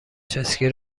چسکی